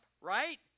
right